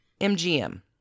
MGM